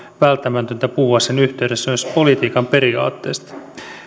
välttämätöntä puhua sen yhteydessä myös politiikan periaatteista